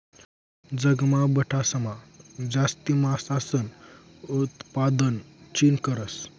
जगमा बठासमा जास्ती मासासनं उतपादन चीन करस